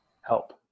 help